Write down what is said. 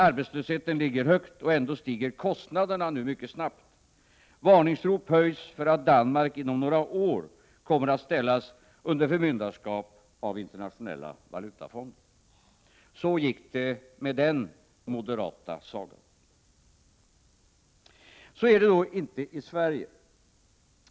Arbetslösheten ligger högt, och ändå stiger kostnaderna nu mycket snabbt. Varningsrop höjs för att Danmark inom några år kommer att ställas under Internationella valutafondens ekonomiska förmyndarskap. Så gick det med den moderata sagan. Så är det inte i Sverige.